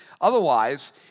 Otherwise